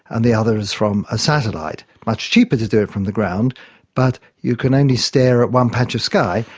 and the other is from a satellite. much cheaper to do it from the ground but you can only stare at one patch of sky.